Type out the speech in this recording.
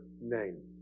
name